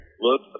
look